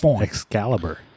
Excalibur